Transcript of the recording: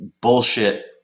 bullshit